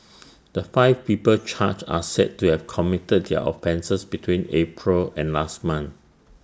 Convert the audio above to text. the five people charged are said to have committed their offences between April and last month